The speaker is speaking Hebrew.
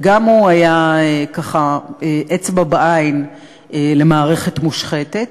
וגם הוא היה, ככה, אצבע בעין למערכת מושחתת.